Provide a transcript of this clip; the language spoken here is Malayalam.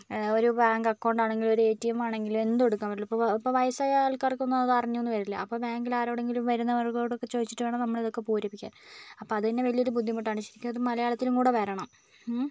ഒരു ബാങ്ക് അക്കൗണ്ടാണെങ്കിലും ഒരു എ ടി എം ആണെങ്കിലും എന്തു എടുക്കാൻ പറ്റുള്ളൂ ഇപ്പോൾ ഇപ്പോൾ വയസ്സായ ആൾകാർക്കൊന്നും അത് അറിഞ്ഞുന്ന് വരില്ല അപ്പോൾ ബാങ്കിൽ ആരോടെങ്കിലും വരുന്നവരോടൊക്കെ ചോദിച്ചിട്ട് വേണം നമ്മളിതൊക്കെ പൂരിപ്പിക്കാൻ അപ്പോൾ അതെന്നെ വലിയൊരു ഒരു ബുദ്ധിമുട്ടാണ് ശരിക്കും മലയാളത്തിലും കൂടെ വരണം